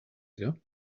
ago